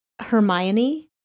Hermione